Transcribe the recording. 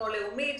כמו לאומית,